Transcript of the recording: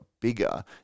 bigger